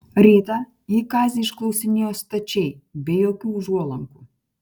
rytą ji kazį išklausinėjo stačiai be jokių užuolankų